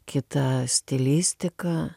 kita stilistika